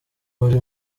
wari